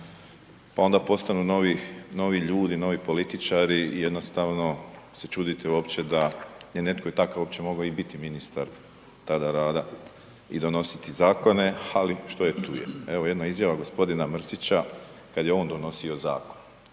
pa onda postanu novi ljudi, novi političari i jednostavno se čudite uopće da je netko i takav uopće mogao i biti ministar, tada rada i donositi zakone, ali, što je tu je. Evo, jedna izjava g. Mrsića, kad je on donosio zakon.